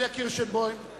קירשנבאום,